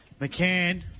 McCann